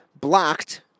blocked